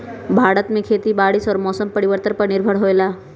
भारत में खेती बारिश और मौसम परिवर्तन पर निर्भर होयला